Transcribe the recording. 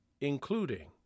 including